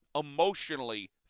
emotionally